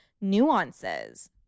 nuances